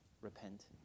repent